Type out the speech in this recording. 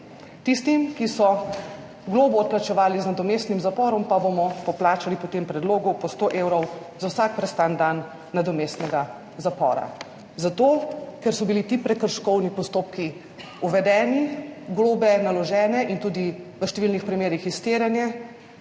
Tistim, ki so globo odplačevali z nadomestnim zaporom, pa bomo poplačali po tem predlogu po 100 evrov za vsak prestani dan nadomestnega zapora. In to zato, ker so bili ti prekrškovni postopki uvedeni, globe naložene in tudi v številnih primerih iztirjane